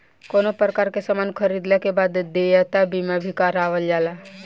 कवनो प्रकार के सामान खरीदला के बाद देयता बीमा भी करावल जाला